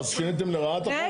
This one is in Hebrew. אז שיניתם לרעה את החוק?